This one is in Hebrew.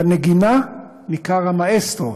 בנגינה ניכר המאסטרו,